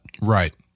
Right